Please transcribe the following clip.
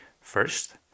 First